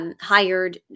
Hired